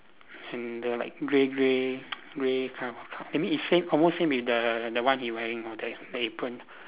mm the like grey grey grey kind of maybe it's same almost same with the the one he wearing now the the apron